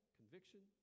conviction